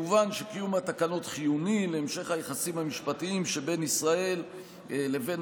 מובן שקיום התקנות חיוני להמשך היחסים המשפטיים שבין ישראל לבין